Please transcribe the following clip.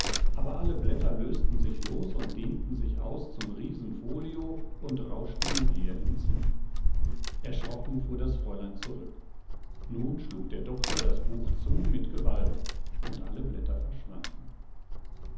aber alle blätter lösten sich los und dehnten sich aus zum riesenfolio und rauschten umher im zimmer erschrocken fuhr das fräulein zurück nun schlug der doktor das buch zu mit gewalt und alle blätter verschwanden